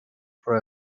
for